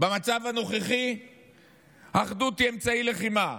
במצב הנוכחי אחדות היא אמצעי לחימה,